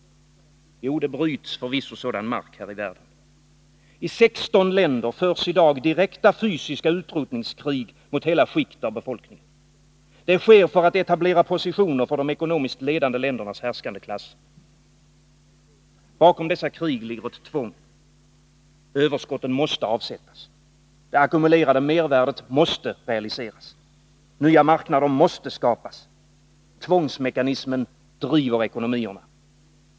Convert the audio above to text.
Jo, det bryts förvisso sådan mark här i världen. I 16 länder förs i dag direkta fysiska utrotningskrig mot hela skikt av befolkningen. Det sker för att etablera positioner för de ekonomiskt ledande ländernas härskande klasser. Bakom dessa krig ligger ett tvång. Överskotten måste avsättas. Det ackumulerade mervärdet måste realiseras. Nya marknader måste skapas. Tvångsmekanismen driver ekonomierna.